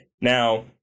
Now